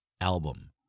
album